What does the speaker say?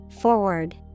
Forward